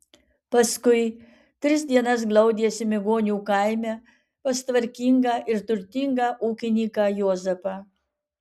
paskui tris dienas glaudėsi migonių kaime pas tvarkingą ir turtingą ūkininką juozapą